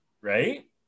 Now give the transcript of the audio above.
Right